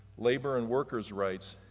labor and workers' rights,